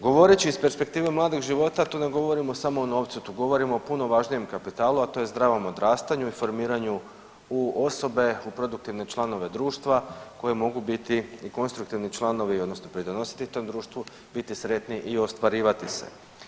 Govoreći iz perspektive mladog života tu ne govorimo samo o novcu, tu govorimo o puno važnijem kapitalu, a to je zdravom odrastanju i formiranju u osobe, u produktivne članove društva koji mogu biti i konstruktivni članovi odnosno pridonositi tom društvu i biti sretni i ostvarivati se.